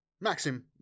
Maxim